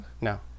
No